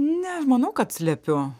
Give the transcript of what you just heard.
nemanau kad slepiu